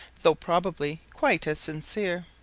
though probably quite as sincere.